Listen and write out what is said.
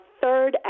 third